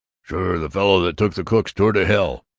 sure the fellow that took the cook's tour to hell.